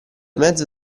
mezzo